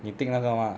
有 tick 那个吗